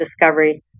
discovery